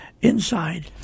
inside